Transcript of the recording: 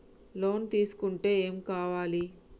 Loan తీసుకుంటే ఏం కావాలి?